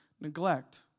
neglect